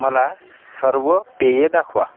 मला सर्व पेये दाखवा